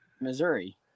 Missouri